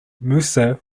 musa